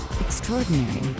Extraordinary